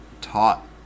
taught